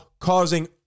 causing